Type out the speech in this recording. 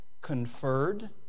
conferred